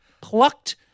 plucked